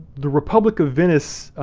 the republic of venice,